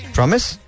Promise